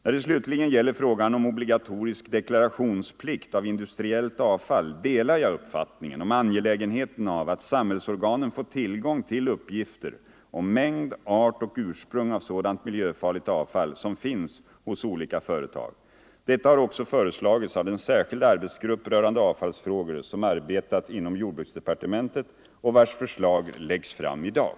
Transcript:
När det slutligen gäller frågan om obligatorisk deklarationsplikt av industriellt avfall delar jag uppfattningen om angelägenheten av att samhällsorganen får tillgång till uppgifter om mängd, art och ursprung av sådant miljöfarligt avfall som finns hos olika företag. Detta har också föreslagits av den särskilda arbetsgrupp rörande avfallsfrågor som arbetat inom jordbruksdepartementet och vars förslag läggs fram i dag.